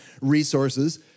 resources